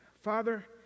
Father